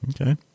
Okay